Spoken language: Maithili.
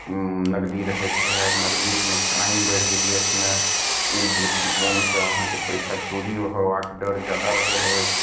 उम नगदी रहैत रहए नगदीमे क्राइम बैढ़ि गेलिया एतने ओहि दृष्टिकोणसॅं आहाँके पैसा चोरी होबाक डर जादा रहब अछि